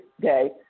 day